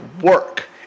work